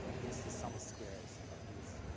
is the sum of squares of these,